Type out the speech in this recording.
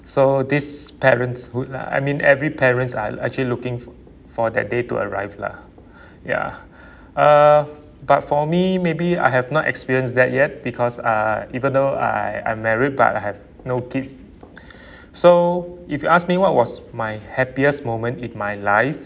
so this parenthood lah I mean every parents are actually looking f~ for that day to arrive lah ya uh but for me maybe I have not experienced that yet because uh even though I I'm married but I have no kid so if you ask me what was my happiest moment in my life